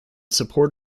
support